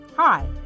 Hi